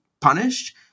punished